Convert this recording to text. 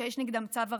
שיש נגדם צו הרחקה.